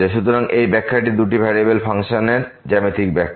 সুতরাং এই ব্যাখ্যা দুটি ভেরিয়েবলের ফাংশনের জ্যামিতিক ব্যাখ্যা